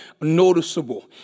noticeable